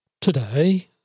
today